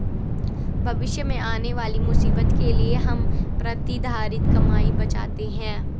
भविष्य में आने वाली मुसीबत के लिए हम प्रतिधरित कमाई बचाते हैं